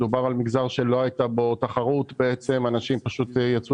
מדובר על מגזר שלא הייתה בו תחרות ואנשים פשוט יצאו